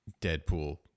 Deadpool